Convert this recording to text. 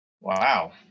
wow